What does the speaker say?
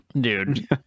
dude